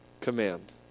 command